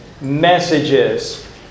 messages